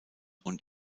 und